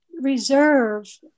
reserve